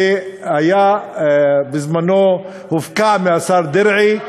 שבזמנו הופקע מהשר דרעי,